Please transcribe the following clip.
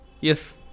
Yes